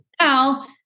now